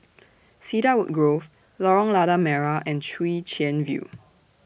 Cedarwood Grove Lorong Lada Merah and Chwee Chian View